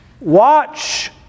watch